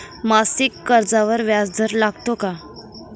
मासिक कर्जावर व्याज दर लागतो का?